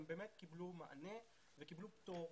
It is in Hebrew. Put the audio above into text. הם באמת קיבלו מענה וקיבלו פטור.